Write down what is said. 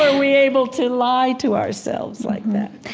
ah we able to lie to ourselves like that?